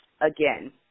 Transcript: again